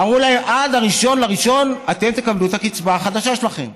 אמרו להם: עד 1 בינואר אתם תקבלו את הקצבה החדשה שלכם.